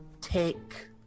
take